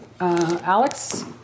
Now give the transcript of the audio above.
Alex